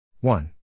one